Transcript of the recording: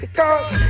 cause